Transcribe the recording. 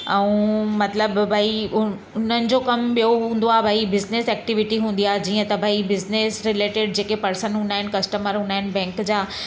ऐं मतिलबु भई उ उन्हनि जो कम बियो हूंदो आहे भई बिज़नेस एक्टिविटी हूंदी आहे जीअं त भई बिज़नेस रिलेटिड जेके पर्सन हूंदा आहिनि कस्टमर हूंदा आहिनि बैंक जा